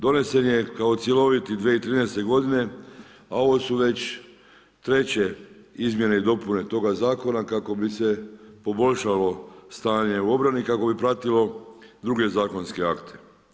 Donesen je kao cjeloviti 2013. godine, a ovo su već treće izmjene i dopune toga zakona kako bi se poboljšalo stanje u obrani, kako bi pratilo druge zakonske akte.